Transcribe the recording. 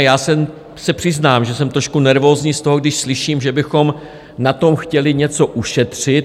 Já se přiznám, že jsem trošku nervózní z toho, když slyším, že bychom na tom chtěli něco ušetřit.